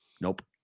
Nope